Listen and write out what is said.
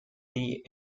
the